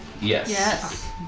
Yes